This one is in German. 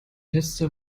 letzter